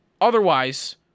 otherwise